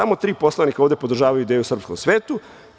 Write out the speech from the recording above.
Samo tri poslanika ovde podržavaju ideju o srpskom svetu.